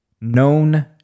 known